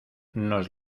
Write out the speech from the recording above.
nos